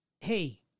hey